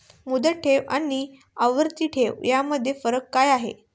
मुदत ठेव आणि आवर्ती ठेव यामधील फरक काय आहे?